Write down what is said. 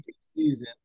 season